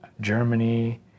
Germany